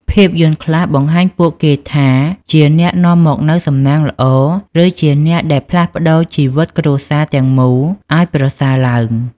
ភាពយន្តខ្លះបង្ហាញពួកគេថាជាអ្នកនាំមកនូវសំណាងល្អ ឬជាអ្នកដែលផ្លាស់ប្ដូរជីវិតគ្រួសារទាំងមូលឲ្យប្រសើរឡើង។